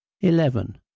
eleven